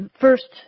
first